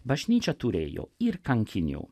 bažnyčia turėjo ir kankinių